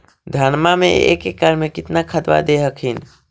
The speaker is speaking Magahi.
धनमा मे एक एकड़ मे कितना खदबा दे हखिन?